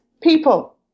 people